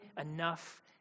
enough